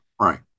right